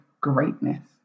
greatness